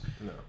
No